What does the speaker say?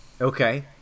Okay